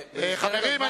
חברים,